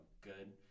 good